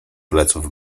pleców